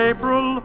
April